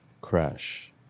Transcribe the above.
crash